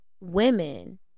women